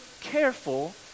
careful